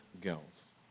girls